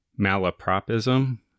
malapropism